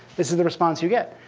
this is the response you get.